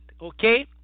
okay